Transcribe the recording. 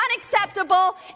unacceptable